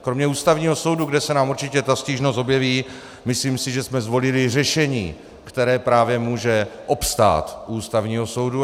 Kromě Ústavního soudu, kde se nám určitě ta stížnost objeví, myslím si, že jsme zvolili řešení, které právě může obstát u Ústavního soudu.